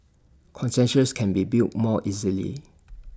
consensus can be built more easily